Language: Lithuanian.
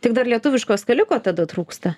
tik dar lietuviško skaliko tada trūksta